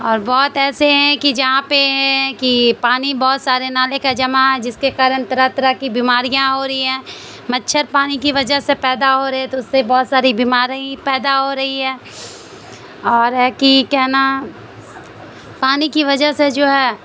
اور بہت ایسے ہیں کہ جہاں پہ ہیں کہ پانی بہت سارے نالے کا جمع جس کے کارن طرح طرح کی بیماریاں ہو رہی ہیں مچھر پانی کی وجہ سے پیدا ہو رہے تو اس سے بہت ساری بیماری پیدا ہو رہی ہے اور ہے کہ کہنا پانی کی وجہ سے جو ہے